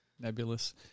nebulous